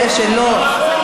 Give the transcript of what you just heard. קונסטרוקטיבית היא לא עברה.